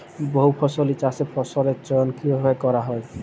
বহুফসলী চাষে ফসলের চয়ন কীভাবে করা হয়?